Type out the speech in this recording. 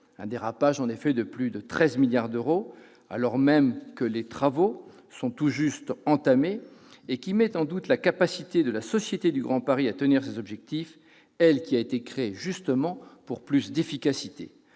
un dérapage de plus de 13 milliards d'euros, alors même que les travaux sont tout juste entamés, met en doute la capacité de la Société du Grand Paris à tenir ses objectifs, elle qui a été créée justement pour plus d'efficacité.